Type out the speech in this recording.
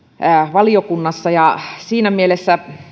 valiokunnassa ja